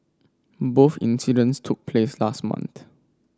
both incidents took place last month